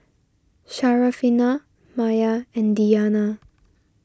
Syarafina Maya and Diyana